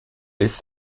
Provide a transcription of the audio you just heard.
ist